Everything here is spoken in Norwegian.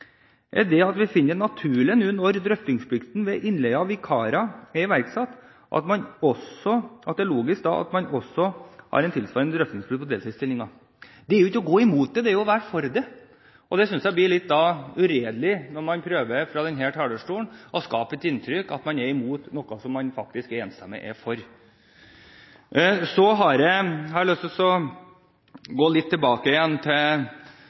er at vi finner det naturlig og logisk, nå når drøftingsplikten ved innleie av vikarer er iverksatt, at man har en tilsvarende drøftingsplikt for deltidsstillinger. Det er jo ikke å gå imot det; det er å være for det. Da synes jeg det blir litt uredelig når man fra denne talerstolen prøver å skape et inntrykk av at man er mot noe man faktisk enstemmig er for. Så har jeg lyst til å gå litt tilbake igjen til